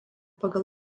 pagal